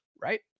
right